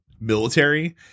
military